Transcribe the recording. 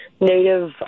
native